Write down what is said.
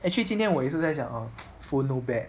actually 今天我一直在想 um phone no batt